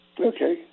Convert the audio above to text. Okay